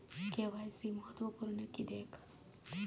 KYC महत्त्वपुर्ण किद्याक?